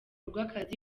rw’akazi